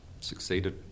succeeded